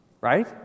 right